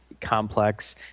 complex